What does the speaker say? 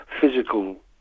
physical